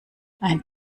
ein